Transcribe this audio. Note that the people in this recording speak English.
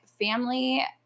family